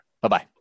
Bye-bye